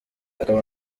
akaba